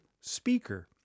speaker